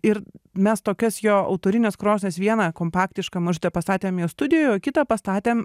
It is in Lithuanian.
ir mes tokias jo autorines krosnis vieną kompaktišką mažutę pastatėme jo studijoje o kitą pastatėm